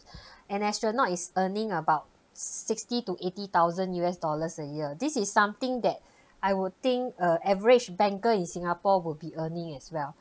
an astronaut is earning about sixty to eighty thousand u s dollars a year this is something that I would think a average banker in singapore will be earning as well